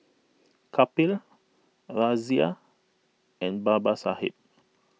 Kapil Razia and Babasaheb